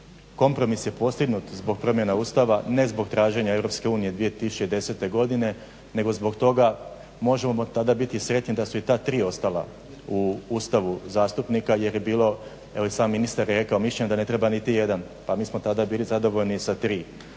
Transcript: Kompromis je postignut zbog promjena Ustava, ne zbog traženja Europske unije 2010. godine nego zbog toga, možemo tada biti sretni da su i ta tri ostala u Ustavu zastupnika jer je bilo, evo i sam ministar je rekao, mišljenja da ne treba niti jedan pa mi smo tada bili zadovoljni i sa tri.